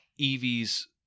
Evie's